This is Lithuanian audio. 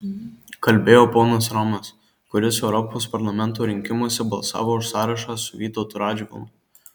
kalbėjo ponas romas kuris europos parlamento rinkimuose balsavo už sąrašą su vytautu radžvilu